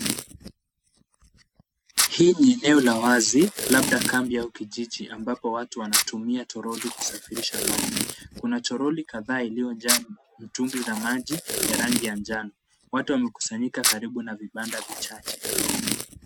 Hii ni eneo la wazi labda kambi au kijiji ambapo watu wanatumia troli kusafirisha maji. Kuna troli kadhaa iliyojaa mitungi za maji ya rangi ya njano. Watu wamekusanyika karibu na vibanda vichache.